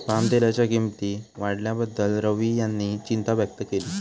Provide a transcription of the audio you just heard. पामतेलाच्या किंमती वाढल्याबद्दल रवी यांनी चिंता व्यक्त केली